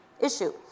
issue